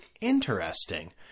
Interesting